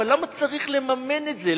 אבל למה צריך לממן את זה?